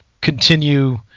continue